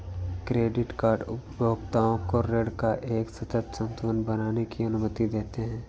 credit card उपभोक्ताओं को ऋण का एक सतत संतुलन बनाने की अनुमति देते हैं